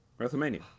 wrestlemania